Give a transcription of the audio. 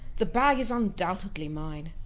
the bag is undoubtedly mine.